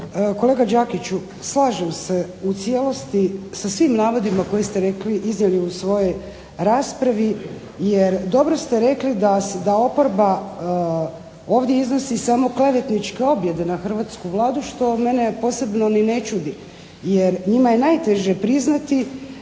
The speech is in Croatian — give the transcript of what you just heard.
Kolega Đakiću, slažem se u cijelosti sa svim navodima koje ste rekli, iznijeli u svojoj raspravi, jer dobro ste rekli da oporba ovdje iznosi samo klevetničke objede na hrvatsku Vladu, što mene posebno ni ne čudi, jer njima je najteže priznati